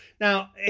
Now